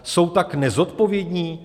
Jsou tak nezodpovědní?